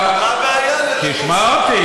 מה הבעיה, תשמע אותי,